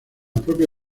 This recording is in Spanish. propia